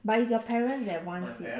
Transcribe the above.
but it's your parents that wants it